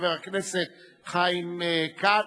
חבר הכנסת חיים כץ.